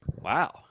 Wow